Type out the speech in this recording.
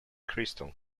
crystal